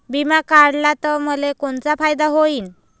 बिमा काढला त मले कोनचा फायदा होईन?